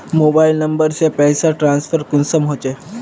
Mobile number से पैसा transfer कुंसम होचे?